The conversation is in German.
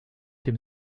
dem